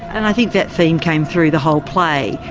and i think that theme came through the whole play,